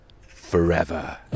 Forever